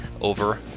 over